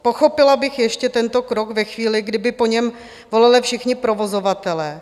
Pochopila bych ještě tento krok ve chvíli, kdy by po něm volali všichni provozovatelé.